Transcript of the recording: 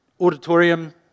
auditorium